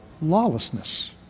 lawlessness